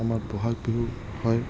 আমাৰ ব'হাগ বিহু হয়